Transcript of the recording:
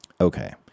Okay